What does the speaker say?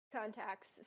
contacts